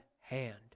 hand